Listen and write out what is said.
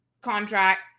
contract